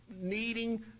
needing